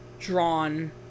drawn